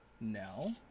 No